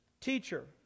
teacher